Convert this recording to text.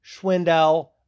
Schwindel